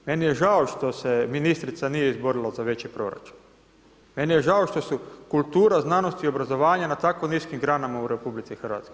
Meni je žao što se ministrica nije izborila za veći proračun, meni je žao što su kultura, znanost i obrazovanje na tako niskim granama u RH.